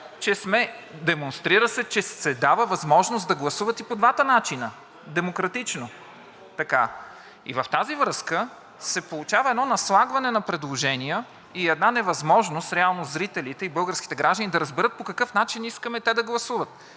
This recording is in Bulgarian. се демонстрира, че се дава възможност да гласуват и по двата начина – демократично. В тази връзка се получава едно наслагване на предложения и една невъзможност реално зрителите и българските граждани да разберат по какъв начин искаме те да гласуват,